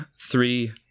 three